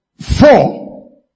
four